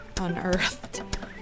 unearthed